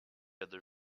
other